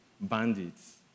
bandits